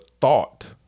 thought